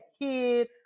kid